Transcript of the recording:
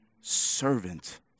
servant